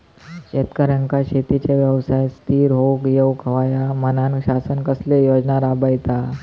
शेतकऱ्यांका शेतीच्या व्यवसायात स्थिर होवुक येऊक होया म्हणान शासन कसले योजना राबयता?